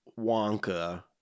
Wonka